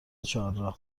چهارراه